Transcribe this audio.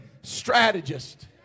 strategist